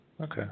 Okay